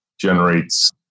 generates